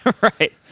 Right